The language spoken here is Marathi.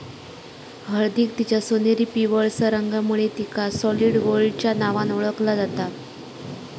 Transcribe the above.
हळदीक तिच्या सोनेरी पिवळसर रंगामुळे तिका सॉलिड गोल्डच्या नावान ओळखला जाता